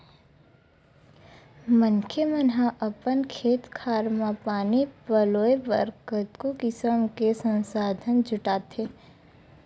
मनखे मन ह अपन खेत खार म पानी पलोय बर कतको किसम के संसाधन जुटाथे